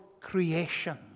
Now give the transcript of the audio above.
creation